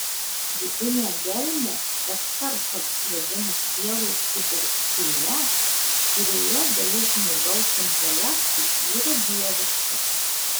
vidinę gelmę ekhartas vadina sielos kibirkštėle kurioje dalis žmogaus intelekto yra dieviška